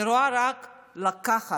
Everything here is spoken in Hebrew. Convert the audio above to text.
אני רואה רק לקחת,